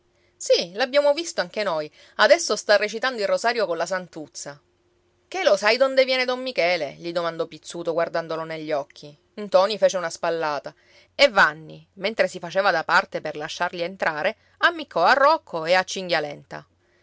michele sì l'abbiamo visto anche noi adesso sta recitando il rosario colla santuzza che lo sai d'onde viene don michele gli domandò pizzuto guardandolo negli occhi ntoni fece una spallata e vanni mentre si faceva da parte per lasciarli entrare ammiccò a rocco e a